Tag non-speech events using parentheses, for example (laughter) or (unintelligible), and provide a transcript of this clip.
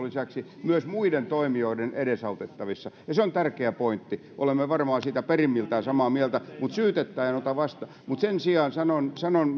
(unintelligible) lisäksi myös muiden toimijoiden edesautettavissa ja se on tärkeä pointti olemme varmaan siitä perimmiltään samaa mieltä mutta syytettä en ota vastaan mutta sen sijaan sanon sanon (unintelligible)